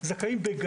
אוקיי.